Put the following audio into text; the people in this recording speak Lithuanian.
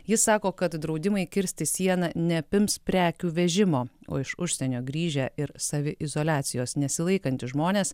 jis sako kad draudimai kirsti sieną neapims prekių vežimo o iš užsienio grįžę ir saviizoliacijos nesilaikantys žmonės